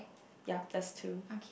ya just two